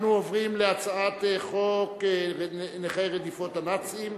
אנחנו עוברים להצעת חוק נכי רדיפות הנאצים,